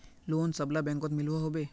Loan सबला बैंकोत मिलोहो होबे?